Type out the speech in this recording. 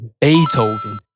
Beethoven